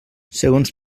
segons